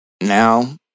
Now